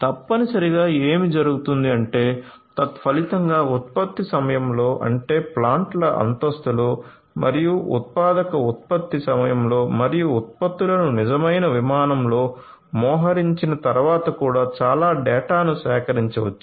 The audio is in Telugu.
తప్పనిసరిగా ఏమి జరుగుతుంది అంటే తత్ఫలితంగా ఉత్పత్తి సమయంలో అంటే ప్లాంట్ల అంతస్తులో మరియు ఉత్పాదక ఉత్పత్తి సమయంలో మరియు ఉత్పత్తులను నిజమైన విమానంలో మోహరించిన తర్వాత కూడా చాలా డేటాను సేకరించవచ్చు